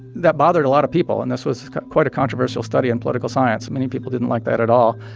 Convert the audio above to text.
that bothered a lot of people, and this was quite a controversial study in political science. many people didn't like that at all.